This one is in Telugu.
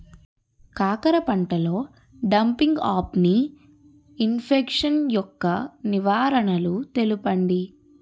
కాకర పంటలో డంపింగ్ఆఫ్ని ఇన్ఫెక్షన్ యెక్క నివారణలు తెలపండి?